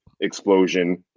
Explosion